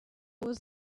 was